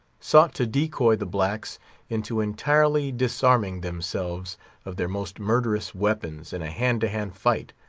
sought to decoy the blacks into entirely disarming themselves of their most murderous weapons in a hand-to-hand fight,